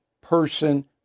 person